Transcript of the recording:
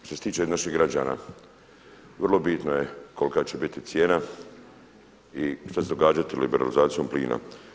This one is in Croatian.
Što se tiče naših građana vro bitno je kolika će biti cijena i šta će se događati liberalizacijom plina.